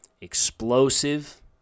Explosive